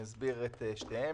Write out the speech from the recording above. אסביר את שתיהם.